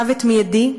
מוות מיידי,